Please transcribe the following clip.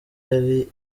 yari